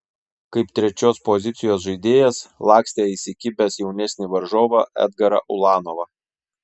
kaip trečios pozicijos žaidėjas lakstė įsikibęs jaunesnį varžovą edgarą ulanovą